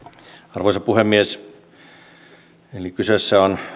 arvoisa puhemies kyseessä on